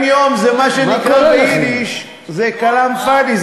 40 יום זה מה שנקרא ביידיש כלאם פאד'י,